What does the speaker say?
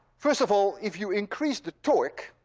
first of all, if you increase the torque,